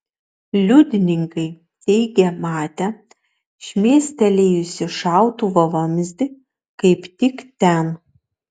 liudininkai teigė matę šmėstelėjusį šautuvo vamzdį kaip tik ten